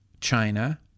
China